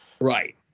right